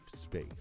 space